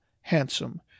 handsome